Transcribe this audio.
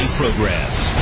programs